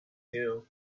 here